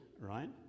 right